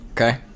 Okay